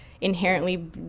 inherently